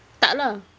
tak lah